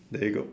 there you go